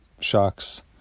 shocks